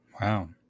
Wow